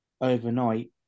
overnight